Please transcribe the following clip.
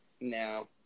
No